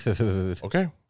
okay